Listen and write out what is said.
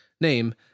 name